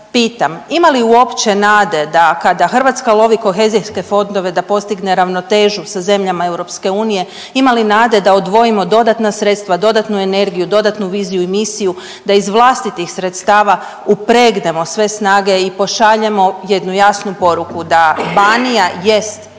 ima li uopće nade da kada Hrvatska lovi kohezijske fondove da postigne ravnotežu sa zemljama EU, ima li nade da odvojimo dodatna sredstva, dodatnu energiju, dodatnu viziju i misiju da iz vlastitih sredstava upregnemo sve snage i pošaljemo jednu jasnu poruku da Banija jest